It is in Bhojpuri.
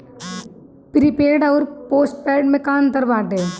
प्रीपेड अउर पोस्टपैड में का अंतर बाटे?